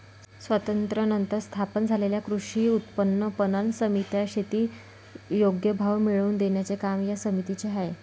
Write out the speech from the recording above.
स्वातंत्र्यानंतर स्थापन झालेल्या कृषी उत्पन्न पणन समित्या, शेती योग्य भाव मिळवून देण्याचे काम या समितीचे आहे